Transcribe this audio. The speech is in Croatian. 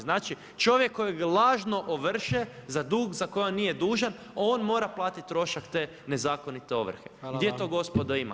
Znači čovjek kojeg lažno ovrše za dug za koji on nije dužan on mora platit trošak te nezakonite ovrhe [[Upadica predsjednik: Hvala vam.]] Gdje to gospodo ima?